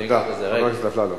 תודה, חבר הכנסת אפללו.